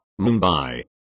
Mumbai